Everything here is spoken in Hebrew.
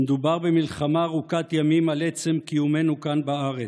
שמדובר במלחמה ארוכת ימים על עצם קיומנו כאן בארץ,